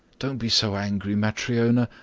don't be so angry, matryona.